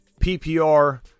PPR